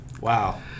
Wow